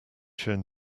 shown